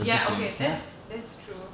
ya okay that's that's true